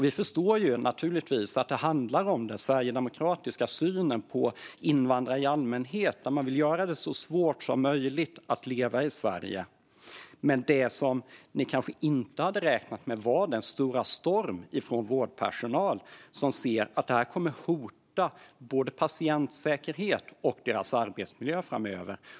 Vi förstår naturligtvis att det handlar om den sverigedemokratiska synen på invandrare i allmänhet och viljan att göra det så svårt som möjligt att leva i Sverige, men ni kanske inte hade räknat med den stora stormen från vårdpersonal som ser att detta kommer att hota både patientsäkerhet och personalens arbetsmiljö framöver.